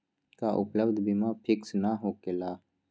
का उपलब्ध बीमा फिक्स न होकेला?